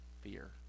fear